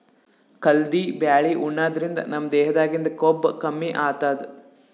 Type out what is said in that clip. ಕಲ್ದಿ ಬ್ಯಾಳಿ ಉಣಾದ್ರಿನ್ದ ನಮ್ ದೇಹದಾಗಿಂದ್ ಕೊಬ್ಬ ಕಮ್ಮಿ ಆತದ್